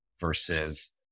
versus